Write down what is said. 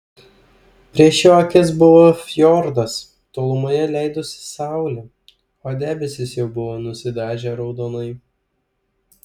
prieš jo akis buvo fjordas tolumoje leidosi saulė o debesys jau buvo nusidažę raudonai